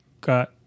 got